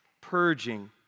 purging